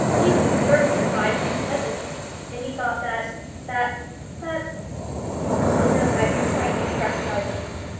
he would be the first to advise me to hesitate if he thought that that that i don't know that i can quite express what i mean.